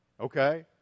okay